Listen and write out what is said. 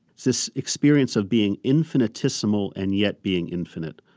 this experience of being infinitesimal and yet being infinite,